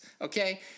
okay